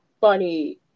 funny